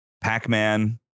Pac-Man